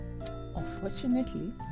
Unfortunately